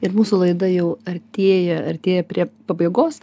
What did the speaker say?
ir mūsų laida jau artėja artėja prie pabaigos